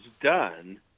done